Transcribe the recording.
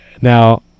now